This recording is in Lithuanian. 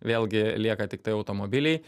vėlgi lieka tiktai automobiliai